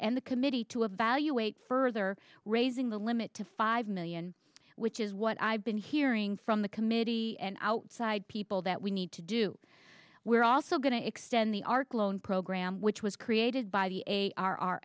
and the committee to evaluate further raising the limit to five million which is what i've been hearing from the committee and outside people that we need to do we're also going to extend the arc loan program which was created by the a r r